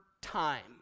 time